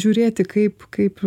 žiūrėti kaip kaip